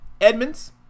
Edmonds